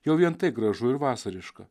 jau vien tai gražu ir vasariška